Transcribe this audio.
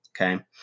Okay